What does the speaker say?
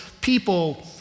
people